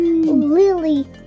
Lily